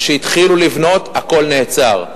וכשהתחילו לבנות הכול נעצר.